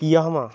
Yamaha